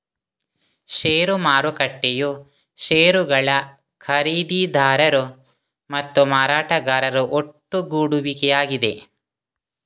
ಷೇರು ಮಾರುಕಟ್ಟೆಯು ಷೇರುಗಳ ಖರೀದಿದಾರರು ಮತ್ತು ಮಾರಾಟಗಾರರ ಒಟ್ಟುಗೂಡುವಿಕೆಯಾಗಿದೆ